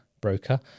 broker